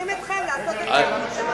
שולחים אתכם לעשות את העבודה,